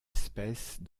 espèces